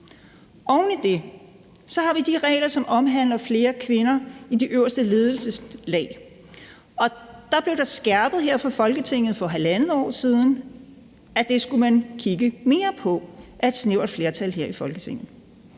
Oven i det har vi de regler, som omhandler flere kvinder i de øverste ledelseslag. Der blev der skærpet her fra Folketingets side for halvandet år siden, i forhold til at det skulle man kigge mere på. Det var af et snævert flertal her i Folketinget.